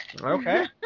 Okay